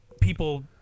people